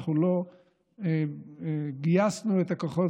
ואנחנו לא גייסנו את הכוחות,